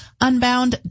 Unbound